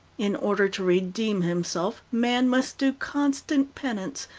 in order to redeem himself man must do constant penance,